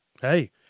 Hey